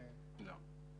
לא.